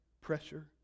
pressure